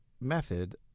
method